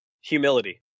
Humility